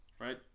Right